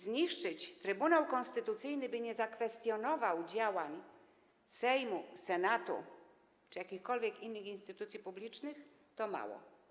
Zniszczyć Trybunał Konstytucyjny, by nie zakwestionował działań Sejmu, Senatu czy jakichkolwiek innych instytucji publicznych, to mało.